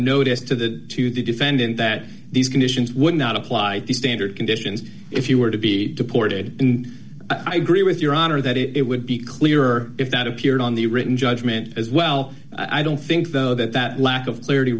notice to the to the defendant that these conditions would not apply the standard conditions if you were to be deported i agree with your honor that it would be clearer if that appeared on the written judgment as well i don't think though that that lack of clarity